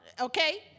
okay